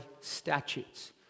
statutes